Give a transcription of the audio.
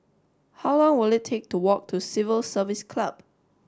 how long will it take to walk to Civil Service Club